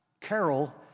carol